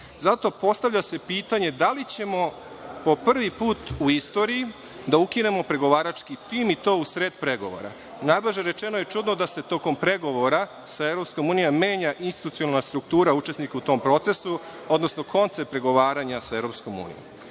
proces. Postavlja se pitanje – da li ćemo po prvi put u istoriji da ukinemo pregovarački tim, i to u sred pregovora? Najblaže rečeno je čudno da se tokom pregovora sa EU menja institucionalna struktura učesnika u tom procesu, odnosno koncept pregovaranja sa